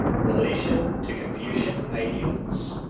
relation to confucian ideals